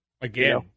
Again